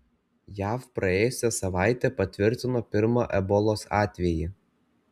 jav praėjusią savaitę patvirtino pirmą ebolos atvejį